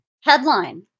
Headline